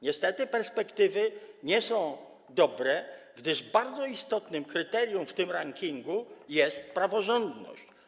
Niestety perspektywy nie są dobre, gdyż bardzo istotnym kryterium w tym rankingu jest praworządność.